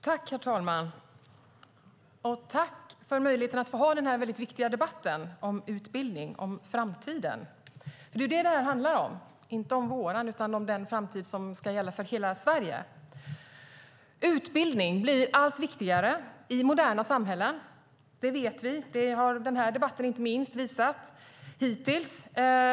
Herr talman! Jag tackar för möjligheten att ha denna väldigt viktiga debatt om utbildning och framtiden. Och det handlar inte om just vår framtid, utan om hela Sveriges framtid. Utbildning blir allt viktigare i moderna samhällen. Det vet vi, och det har inte minst den här debatten visat hittills.